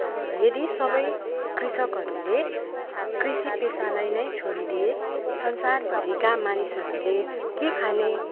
यदि सबै कृषकहरूले कृषि पेसालाई नै छोडिदिए संसारभरिका मानिसहरूले के खाने